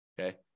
okay